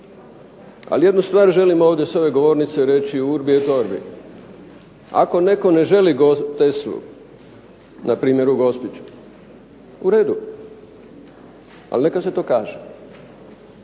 Ali jednu stvar želim ovdje sa ove govornice reći urbi et orbi. Ako netko ne želi Teslu, na primjer u Gospiću u redu. Ali neka se to kaže,